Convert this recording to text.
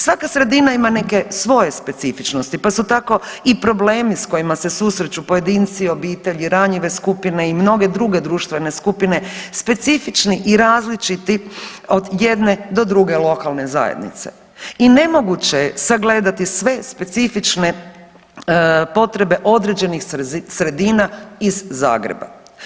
Svaka sredina ima neke svoje specifičnosti, pa su tako i problemi s kojima se susreću pojedinci i obitelji ranjive skupine i mnoge druge društvene skupine specifični i različiti od jedne do druge lokalne zajednice i nemoguće je sagledati sve specifične potrebe određenih sredina iz Zagreba.